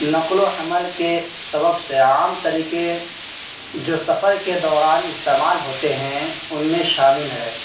نقل و حمل کے سبب سے عام طریقے جو سفر کے دوران استعمال ہوتے ہیں ان میں شامل ہے